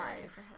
life